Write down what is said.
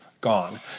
gone